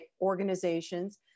organizations